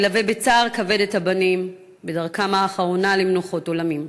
נלווה בצער כבד את הבנים בדרכם האחרונה למנוחת עולמים.